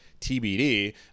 TBD